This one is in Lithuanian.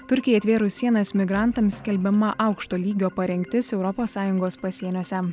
turkijai atvėrus sienas migrantams skelbiama aukšto lygio parengtis europos sąjungos pasieniuose